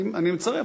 אני יודע,